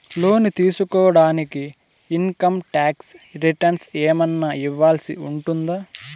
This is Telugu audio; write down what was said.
లోను తీసుకోడానికి ఇన్ కమ్ టాక్స్ రిటర్న్స్ ఏమన్నా ఇవ్వాల్సి ఉంటుందా